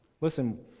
Listen